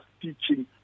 teaching